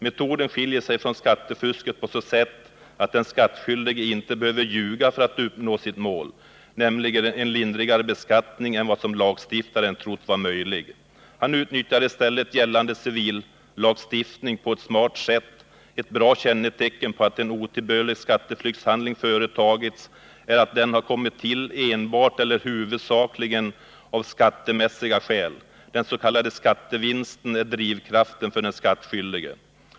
Metoden skiljer sig från skattefusket på så sätt att den skattskyldige inte behöver ljuga för att uppnå sitt mål, nämligen en lindrigare beskattning än vad lagstiftaren trott vara möjlig. Han utnyttjar i stället gällande civillagstiftning på ett ”smart” sätt. Ett bra kännetecken på att en otillbörlig skatteflyktshandling företagits är att den har kommit till enbart eller huvudsakligen av ”skattemässiga” skäl. Den s.k. skattevinsten är drivkraften för den skattskyldige.